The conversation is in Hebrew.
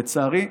לצערי,